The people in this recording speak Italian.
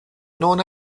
non